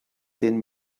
den